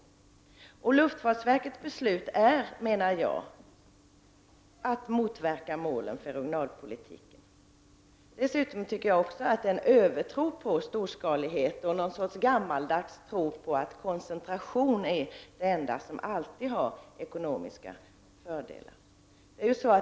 Luftfartsverkets beslut är, menar jag, att motverka målen för regionalpolitiken. Dessutom tycker jag att det är en övertro på storskalighet och någon sorts gammaldags tro på att koncentration är det enda som alltid har ekonomiska fördelar.